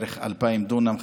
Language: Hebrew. בערך 2,000 דונם,